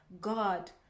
God